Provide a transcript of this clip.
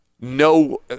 no